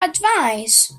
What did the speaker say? advise